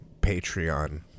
Patreon